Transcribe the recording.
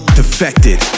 defected